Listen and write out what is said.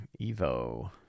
Evo